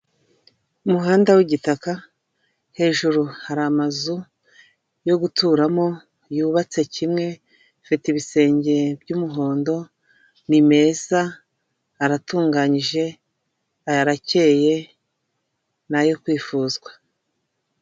Umuhanda w'igitaka hejuru hari amazu yo guturamo yubatse kimwe afite ibisenge by'umuhondo ni meza aratunganyije, ayarakeye n'ayo kwifuzwa.